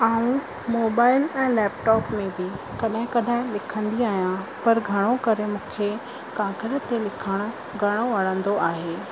ऐं मोबाइल ऐं लैपटॉप में बि कॾहिं कॾहिं लिखंदी आहियां पर घणो करे मूंखे काॻर ते लिखणु घणो वणंदो आहे